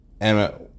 Emma